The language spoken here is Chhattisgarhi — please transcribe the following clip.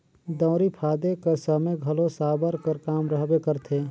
दउंरी फादे कर समे घलो साबर कर काम रहबे करथे